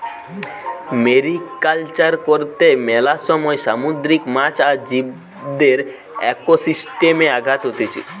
mariculture কর্তে মেলা সময় সামুদ্রিক মাছ আর জীবদের একোসিস্টেমে আঘাত হতিছে